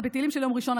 זה בתהילים של יום ראשון,